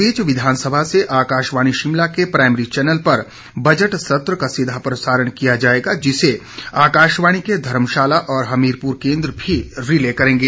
इस बीच विधानसभा से आकाशवाणी शिमला के प्राइमरी चैनल पर बजट सत्र का सीधा प्रसारण किया जाएगा जिसे आकाशवाणी के धर्मशाला और हमीरपुर केंद्र भी रिले करेंगे